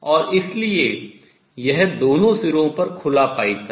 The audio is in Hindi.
और इसलिए यह दोनों सिरों पर खुला पाइप है